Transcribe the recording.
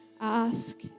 Ask